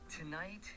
Tonight